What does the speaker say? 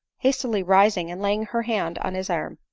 hastily rising and laying her hand on his arm.